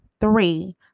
three